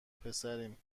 پسریم